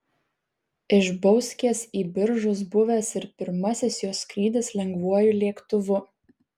iš bauskės į biržus buvęs ir pirmasis jos skrydis lengvuoju lėktuvu